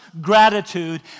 gratitude